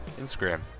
Instagram